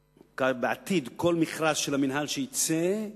שבעתיד כל מכרז של המינהל שיצא,